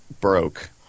broke